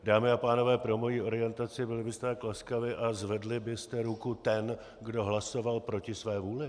Dámy a pánové, pro moji orientaci, byli byste tak laskavi, a zvedli byste ruku ten, kdo hlasoval proti své vůli?